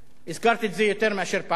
הזכרתי את זה יותר מפעם אחת.